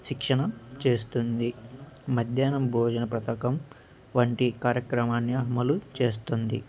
శిక్షణ చేస్తుంది మధ్యాహ్న భోజన పథకం వంటి కార్యక్రమాలు చేస్తుంది